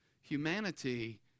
humanity